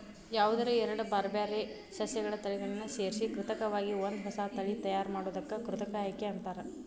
ಯಾವದರ ಎರಡ್ ಬ್ಯಾರ್ಬ್ಯಾರೇ ಸಸ್ಯಗಳ ತಳಿಗಳನ್ನ ಸೇರ್ಸಿ ಕೃತಕವಾಗಿ ಒಂದ ಹೊಸಾ ತಳಿ ತಯಾರ್ ಮಾಡೋದಕ್ಕ ಕೃತಕ ಆಯ್ಕೆ ಅಂತಾರ